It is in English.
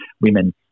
women